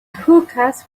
hookahs